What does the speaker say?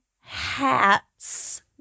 hats